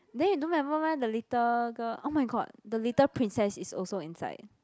then you don't remember meh the little girl oh my god the little princess is also inside